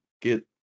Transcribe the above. get